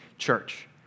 church